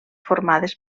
formades